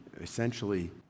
essentially